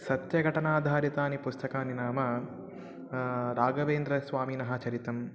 सत्यघटनाधारितानि पुस्तकानि नाम राघवेन्द्रस्वामिनः चरितम्